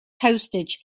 postage